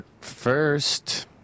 first